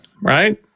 right